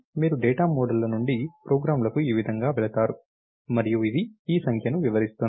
మీరు డేటా మోడల్ల నుండి ప్రోగ్రామ్లకు ఈ విధంగా వెళతారు మరియు ఇది ఈ సంఖ్యను వివరిస్తుంది